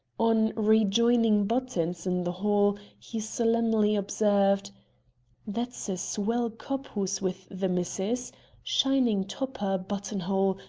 on rejoining buttons in the hall he solemnly observed that's a swell cop who is with the missus shining topper, button-hole,